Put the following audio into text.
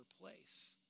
place